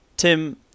Tim